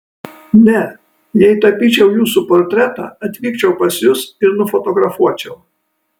ne jei tapyčiau jūsų portretą atvykčiau pas jus ir nufotografuočiau